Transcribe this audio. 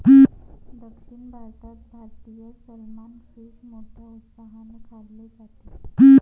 दक्षिण भारतात भारतीय सलमान फिश मोठ्या उत्साहाने खाल्ले जाते